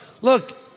Look